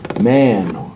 man